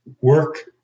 work